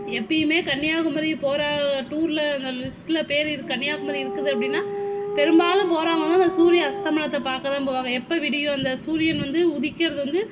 எப்போயுமே கன்னியாகுமரி போகிற டூரில் அந்த லிஸ்ட்டில் பேர் இரு கன்னியாகுமரி இருக்குது அப்படீன்னா பெரும்பாலும் போகிறவுங்க வந்து அந்த சூரிய அஸ்தமனத்தை பார்க்கத்தான் போவாங்க எப்போ விடியும் அந்த சூரியன் வந்து உதிக்கிறது வந்து